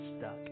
stuck